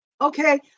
Okay